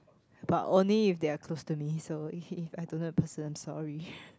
but only if they are close to me so if I don't know the person sorry